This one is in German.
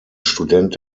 student